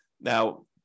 Now